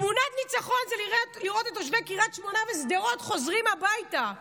תמונת ניצחון זה לראות את תושבי קריית שמונה ושדרות חוזרים הביתה,